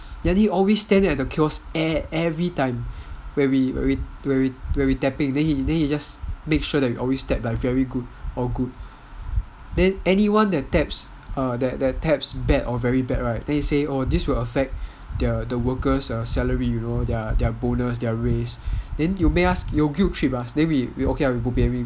then he always stand at the kiosk everytime where we tapping then he make sure we always tap like very good or good then anyone that taps bad or very bad then he will say orh this will affect the workers salary their bonus their raise then you make us guilt trip us then we okay ah